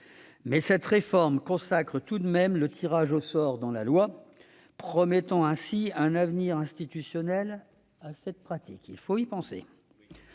Mais cette réforme consacre tout de même le tirage au sort dans la loi, promettant ainsi un avenir institutionnel à cette pratique. Il faut y penser.